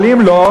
אבל אם לא,